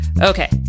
Okay